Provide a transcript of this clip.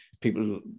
people